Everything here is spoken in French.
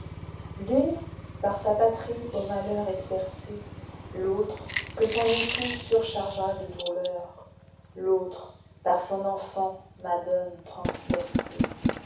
l'une par sa patrie au malheur exercée l'autre que son époux surchargea de douleurs l'autre par son enfant madone transpercée